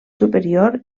superior